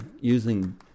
using